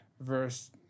verse